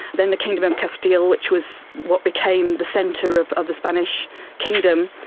then the kingdom of castile, which was what became the centre of of the spanish kingdom.